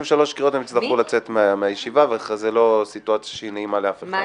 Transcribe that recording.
לשלוש קריאות הם יצטרכו לצאת מהישיבה וזאת סיטואציה שלא נעימה לאף אחד.